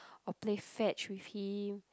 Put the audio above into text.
or play fetch with him